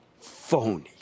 phony